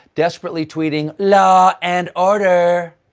desperately tweeting law and order.